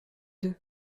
deux